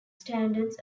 standards